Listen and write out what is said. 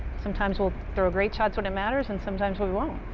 sometimes we'll throw great shots when it matters, and sometimes we won't.